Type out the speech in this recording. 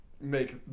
make